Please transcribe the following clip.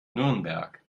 nürnberg